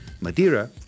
Madeira